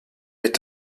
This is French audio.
est